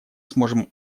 сможем